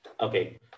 Okay